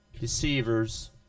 deceivers